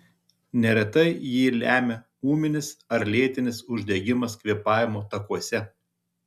neretai jį lemia ūminis ar lėtinis uždegimas kvėpavimo takuose